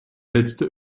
letzte